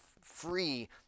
free